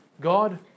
God